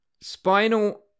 Spinal